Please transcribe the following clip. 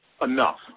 enough